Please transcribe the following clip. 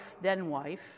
then-wife